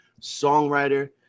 songwriter